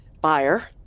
buyer